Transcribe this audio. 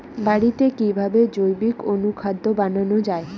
বাড়িতে কিভাবে জৈবিক অনুখাদ্য বানানো যায়?